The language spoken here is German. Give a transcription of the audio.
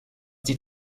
die